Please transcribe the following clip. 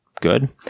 good